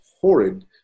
horrid